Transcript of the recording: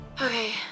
Okay